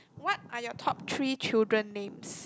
what are your top three children names